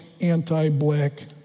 anti-black